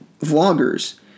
Vloggers